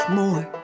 more